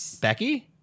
Becky